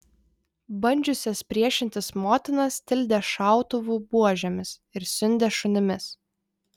bandžiusias priešintis motinas tildė šautuvų buožėmis ir siundė šunimis